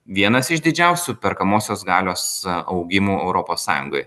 vienas iš didžiausių perkamosios galios augimų europos sąjungoj